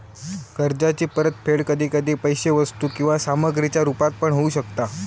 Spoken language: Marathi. कर्जाची परतफेड कधी कधी पैशे वस्तू किंवा सामग्रीच्या रुपात पण होऊ शकता